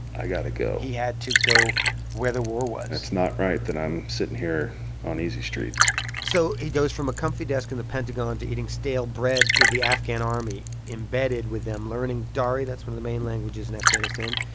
ah got to go. he had to go where the war was. it's not right that i'm sitting here on easy street so he goes from a comfy desk in the pentagon to eating stale bread with the afghan army, embedded with them, learning dari. that's one of the main languages in afghanistan.